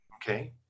Okay